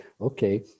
okay